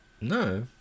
No